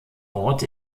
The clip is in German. ort